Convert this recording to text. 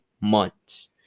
months